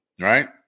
right